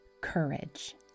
courage